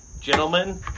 gentlemen